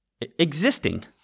existing